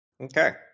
Okay